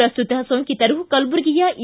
ಪ್ರಸ್ತುತ ಸೊಂಕಿತರು ಕಲಬುರಗಿಯ ಇ